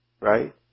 right